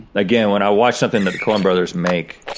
again, when i watch something that coen brothers make,